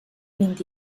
vint